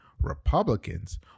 Republicans